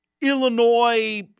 Illinois